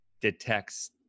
detects